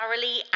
Thoroughly